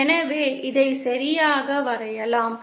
எனவே இதை சரியாக வரையலாம்